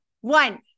One